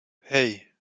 hey